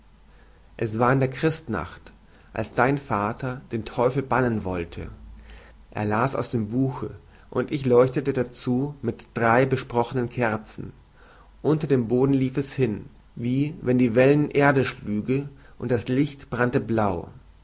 es war in der christnacht als dein vater den teufel bannen wollte er las aus dem buche und ich leuchtete dazu mit drei besprochenen kerzen unter dem boden lief es hin wie wenn die erde wellen schlüge und das licht brannte blau